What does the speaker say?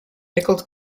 pickled